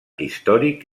històric